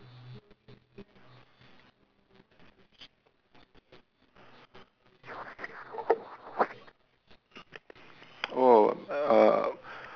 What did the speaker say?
oh uh